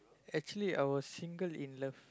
actually I was single in love